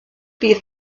bydd